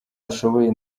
bashoboye